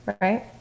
right